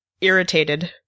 irritated